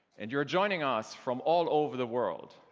and you are joining us from all over the world.